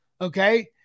okay